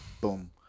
boom